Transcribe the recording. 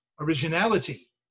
originality